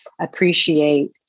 appreciate